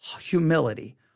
humility